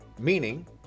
Meaning